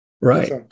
Right